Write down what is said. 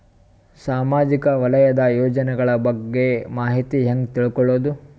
ಸಾಮಾಜಿಕ ವಲಯದ ಯೋಜನೆಗಳ ಬಗ್ಗೆ ಮಾಹಿತಿ ಹ್ಯಾಂಗ ತಿಳ್ಕೊಳ್ಳುದು?